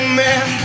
man